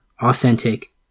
authentic